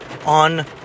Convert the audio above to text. on